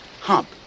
Hump